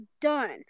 done